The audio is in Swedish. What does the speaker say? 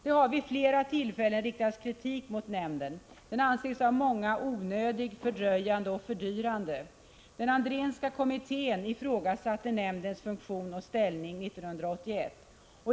Det har vid flera tillfällen riktats kritik mot nämnden, som av många anses onödig, fördröjande och fördyrande. Den Andrénska kommittén ifrågasatte nämndens funktion och ställning 1981.